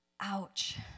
Ouch